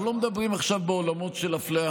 אנחנו לא מדברים עכשיו בעולמות של אפליה,